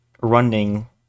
running